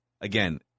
again